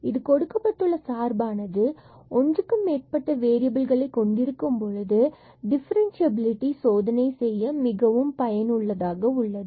இது கொடுக்கப்பட்டுள்ள சார்பானது ஒன்றுக்கு மேற்பட்ட வேறியபில்களை கொண்டிருக்கும் பொழுது டிஃபரன்சியபிலிடி சோதனை செய்ய மிகவும் பயனுள்ளதாக உள்ளது